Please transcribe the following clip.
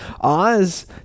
Oz